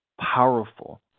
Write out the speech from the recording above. powerful